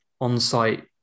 on-site